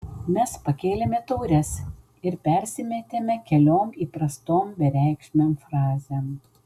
mes pakėlėme taures ir persimetėme keliom įprastom bereikšmėm frazėm